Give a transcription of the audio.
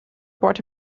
brought